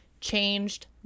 changed